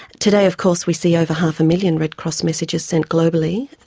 today of course we see over half a million red cross messages sent globally,